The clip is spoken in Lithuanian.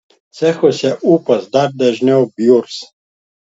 cechuose ūpas dar dažniau bjurs